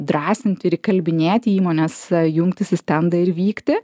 drąsinti ir įkalbinėti įmones jungtis į stendą ir vykti